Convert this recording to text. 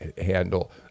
handle